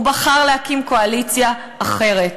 הוא בחר להקים קואליציה אחרת.